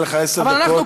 היו לך עשר דקות.